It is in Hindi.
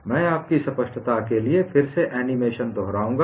मैं आपकी स्पष्टता के लिए फिर से एनीमेशन को दोहराऊंगा